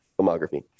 filmography